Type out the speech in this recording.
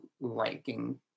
liking